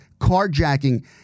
carjacking